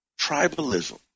tribalism